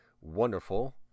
wonderful